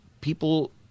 people